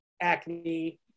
acne